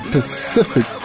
Pacific